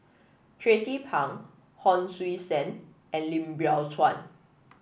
Tracie Pang Hon Sui Sen and Lim Biow Chuan